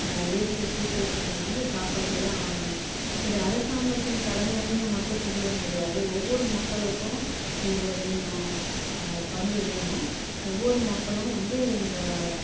இயற்கை சீற்றத்திலிருந்து காப்பாற்றி தான் ஆகணும் இது அரசாங்கத்தின் கடமைன்னு மட்டும் சொல்லிவிட முடியாது ஒவ்வொரு மக்களுக்கும் இதில் வேணும் பங்கு வேணும் ஒவ்வொரு மக்களும் வந்து இந்த